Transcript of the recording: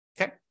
okay